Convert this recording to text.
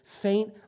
faint